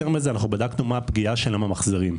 יותר מזה, בדקנו מה הפגיעה של הממחזרים.